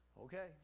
Okay